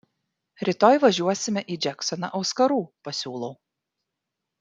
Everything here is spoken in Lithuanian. rytoj važiuosime į džeksoną auskarų pasiūlau